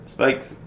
Spikes